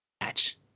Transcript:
match